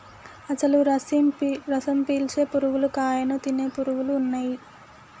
అసలు రసం పీల్చే పురుగులు కాయను తినే పురుగులు ఉన్నయ్యి